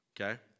okay